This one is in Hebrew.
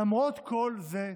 למרות כל זה,